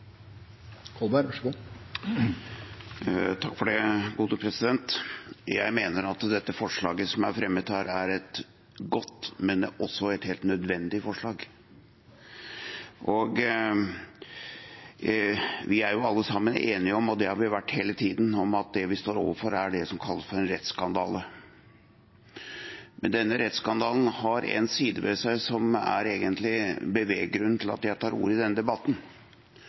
fremmet her, er et godt, men også helt nødvendig, forslag. Vi er jo alle sammen enige om, og det har vi vært hele tiden, at det vi står overfor, er det som kalles en rettsskandale. Denne rettsskandalen har en side ved seg som er den egentlige beveggrunnen til at jeg tar ordet i denne debatten,